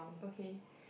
okay